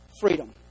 freedom